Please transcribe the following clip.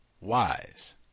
wise